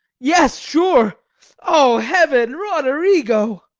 yes, sure o heaven! roderigo.